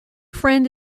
friend